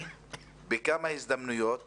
בכמה הזדמנויות